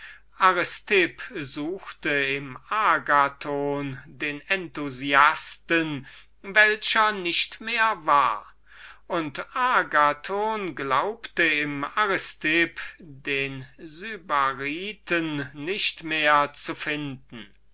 suchte im agathon den enthusiasten welcher nicht mehr war und agathon glaubte im aristipp den sybariten nicht mehr zu finden